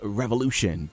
revolution